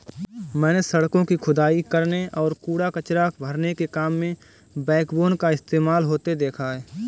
मैंने सड़कों की खुदाई करने और कूड़ा कचरा भरने के काम में बैकबोन का इस्तेमाल होते देखा है